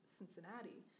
Cincinnati